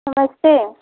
नमस्ते